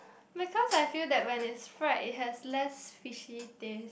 because I feel that when it's fried it had less fishy taste